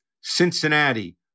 Cincinnati